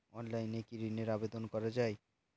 অনলাইনে কি ঋণের আবেদন করা যায়?